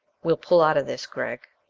we'll pull out of this, gregg.